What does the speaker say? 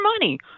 money